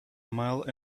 mile